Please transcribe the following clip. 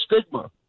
stigma